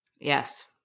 Yes